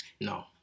No